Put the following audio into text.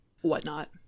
whatnot